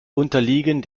unterliegen